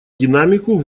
динамику